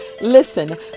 Listen